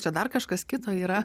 čia dar kažkas kito yra